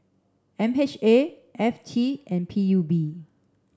M H A F T and P U B